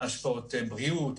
השפעות בריאות,